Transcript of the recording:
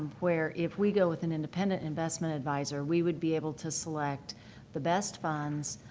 where if we go with an independent investment advisor, we would be able to select the best funds